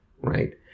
right